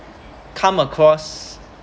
come across